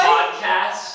podcast